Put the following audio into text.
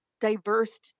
diverse